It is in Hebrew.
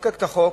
לחוקק את החוק,